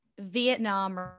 Vietnam